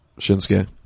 Shinsuke